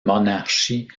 monarchie